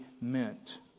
meant